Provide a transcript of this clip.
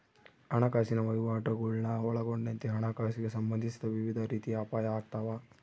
ಹಣಕಾಸಿನ ವಹಿವಾಟುಗುಳ್ನ ಒಳಗೊಂಡಂತೆ ಹಣಕಾಸಿಗೆ ಸಂಬಂಧಿಸಿದ ವಿವಿಧ ರೀತಿಯ ಅಪಾಯ ಆಗ್ತಾವ